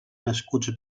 nascuts